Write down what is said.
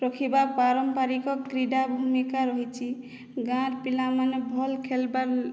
ରଖିବା ପାରମ୍ପାରିକ କ୍ରୀଡ଼ା ଭୂମିକା ରହିଛି ଗାଁର୍ ପିଲାମାନେ ଭଲ୍ ଖେଲ୍ବା